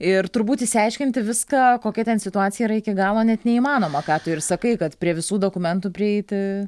ir turbūt išsiaiškinti viską kokia ten situacija yra iki galo net neįmanoma ką tu ir sakai kad prie visų dokumentų prieiti